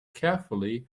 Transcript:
carefully